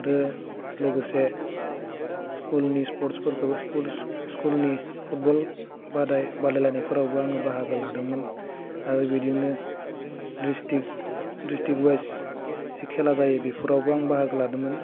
आरो लोगोसे स्कुलनि स्पर्टसफोरखौ स्कुलस स्कुलसनि फुटबल बादाय बादायलायनायफोरावबो आङो बाहागो लादोंमोन बिदिनो दिसथ्रिक दिसथ्रिक अवाइस जि खेला जायो बिफोरावबो आं बाहागो लादोंमोन